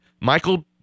Michael